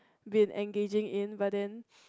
been engaging in but then